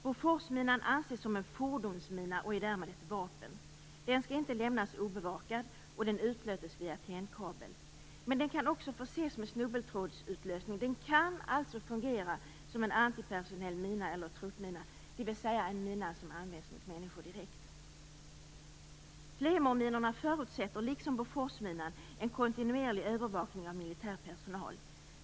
Boforsminan anses vara en fordonsmina och är därmed ett vapen. Den skall inte lämnas obevakad, och den utlöses via tändkabel. Men den kan också förses med snubbeltrådsutlösning. Den kan alltså fungera som en antipersonell mina eller truppmina, dvs. en mina som används direkt mot människor. Claymoreminorna förutsätter liksom boforsminan en kontinuerlig övervakning av militär personal.